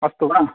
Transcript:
अस्तु वा